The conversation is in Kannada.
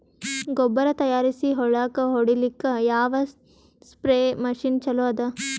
ಗೊಬ್ಬರ ತಯಾರಿಸಿ ಹೊಳ್ಳಕ ಹೊಡೇಲ್ಲಿಕ ಯಾವ ಸ್ಪ್ರಯ್ ಮಷಿನ್ ಚಲೋ ಅದ?